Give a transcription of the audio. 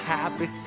happy